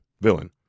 villain